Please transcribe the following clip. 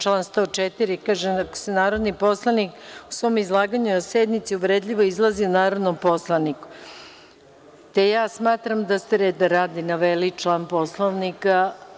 Član 104. kaže - ako se narodni poslanik u svom izlaganju na sednici uvredljivo izrazi o narodnom poslaniku, te ja smatram da ste reda radi naveli član Poslovnika.